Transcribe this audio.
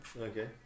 Okay